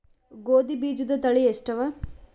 ಗೋಧಿ ಬೀಜುದ ತಳಿ ಎಷ್ಟವ?